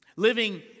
Living